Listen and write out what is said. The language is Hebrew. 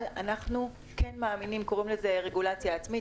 אבל אנחנו כן מאמינים, קוראים רגולציה עצמית.